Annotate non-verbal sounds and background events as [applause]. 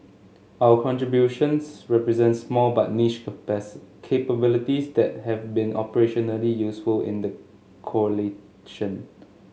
our contributions represent small but niche [unintelligible] capabilities that have been operationally useful in the coalition